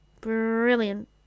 brilliant